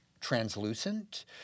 translucent